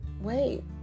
wait